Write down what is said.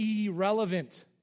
irrelevant